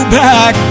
back